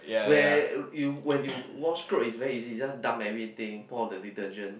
where you you when you wash clothes is very easy just dump everything pour the detergent